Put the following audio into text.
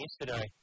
yesterday